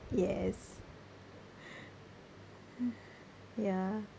yes ya